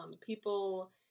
people